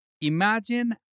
imagine